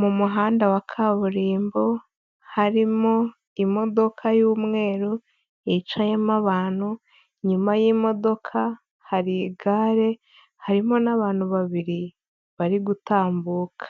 Mu muhanda wa kaburimbo harimo imodoka y'umweru yicayemo abantu, inyuma y'imodoka hari igare harimo n'abantu babiri bari gutambuka,